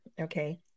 Okay